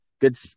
good